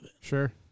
Sure